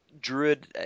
Druid